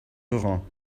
laurent